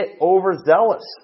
overzealous